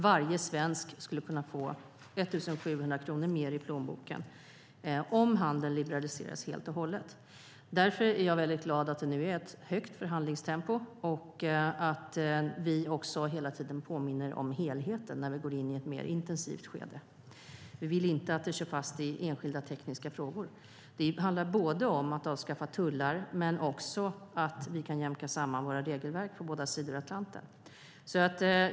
Varje svensk skulle kunna få 1 700 kronor mer i plånboken om handeln liberaliserades helt och hållet. Därför är jag väldigt glad att det nu är ett högt förhandlingstempo och att vi hela tiden påminner om helheten när vi går in i ett mer intensivt skede. Vi vill inte att det kör fast i enskilda tekniska frågor. Det handlar både om att avskaffa tullar och om att jämka samman våra regelverk på båda sidor Atlanten.